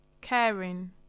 caring